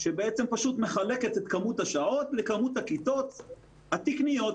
שבעצם מחלקת את כמות השעות לכמות הכיתות התקניות.